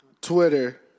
Twitter